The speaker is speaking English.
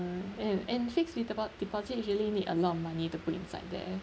and and fixed depo~ deposit usually need a lot of money to put inside there